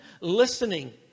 listening